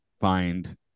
find